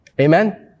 Amen